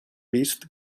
vist